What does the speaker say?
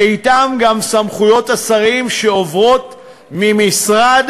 ואתם גם סמכויות השרים שעוברות ממשרד